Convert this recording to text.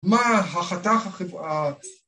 מה החתך